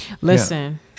Listen